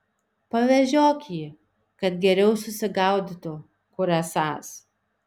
pavežiok jį kad geriau susigaudytų kur esąs